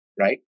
Right